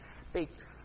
speaks